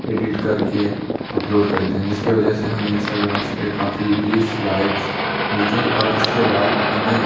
edit कर के upload करते है जिसकी वजह से हमें इंस्टाग्राम पर काफ़ी व्यूस लाइक्स मिलते हैं और इसके बाद हमे